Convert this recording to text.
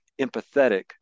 empathetic